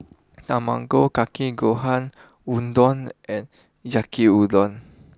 Tamago Kake Gohan Udon and Yaki Udon